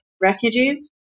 refugees